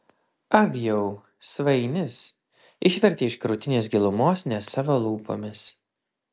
ag jau svainis išvertė iš krūtinės gilumos ne savo lūpomis